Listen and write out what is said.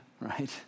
right